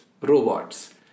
robots